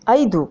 ಐದು